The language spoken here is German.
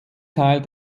teil